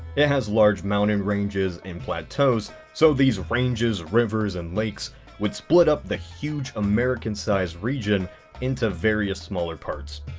it has large mountain ranges and plateaus so these ranges rivers and lakes would split up the huge american sized region into various smaller parts.